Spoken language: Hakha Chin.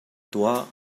tuah